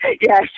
Yes